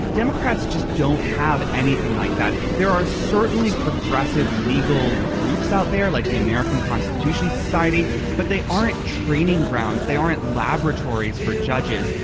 democrats just don't have anything like that. there are certainly progressive legal groups out there like the american constitution society but they aren't training grounds they aren't laboratories for judges.